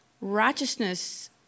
righteousness